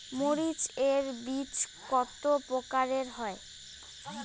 মরিচ এর বীজ কতো প্রকারের হয়?